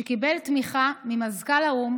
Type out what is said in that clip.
שקיבל תמיכה ממזכ"ל האו"ם,